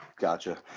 gotcha